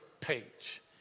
page